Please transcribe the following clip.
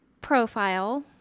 profile